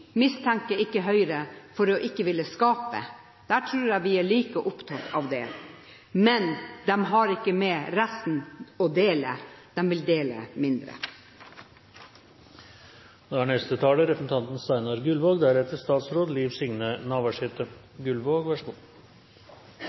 mistenker ikke Høyre for ikke å ville skape. Det tror jeg vi er like opptatt av, men de har ikke med resten av slagordet, nemlig «dele». De vil dele mindre.